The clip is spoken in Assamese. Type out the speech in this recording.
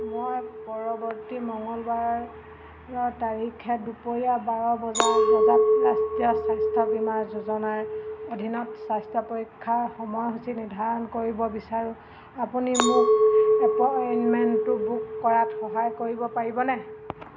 মই পৰৱৰ্তী মঙলবাৰৰ তাৰিখে দুপৰীয়া বাৰ বজা বজাত ৰাষ্ট্ৰীয় স্বাস্থ্য বীমা যোজনাৰ অধীনত স্বাস্থ্য পৰীক্ষাৰ সময়সূচী নিৰ্ধাৰণ কৰিব বিচাৰোঁ আপুনি মোক এপইণ্টমেণ্টটো বুক কৰাত সহায় কৰিব পাৰিবনে